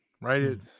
right